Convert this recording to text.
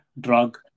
drug